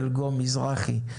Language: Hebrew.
אלגו מזרחי,